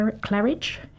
Claridge